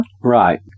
Right